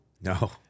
no